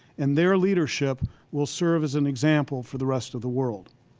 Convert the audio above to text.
and their leadership will serve as an example for the rest of the world.